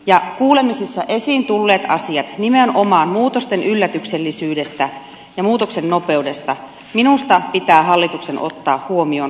kuulemisissa esiin tulleet asiat nimenomaan muutosten yllätyksellisyydestä ja muutoksen nopeudesta minusta pitää hallituksen ottaa huomioon